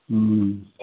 हूँ